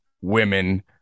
women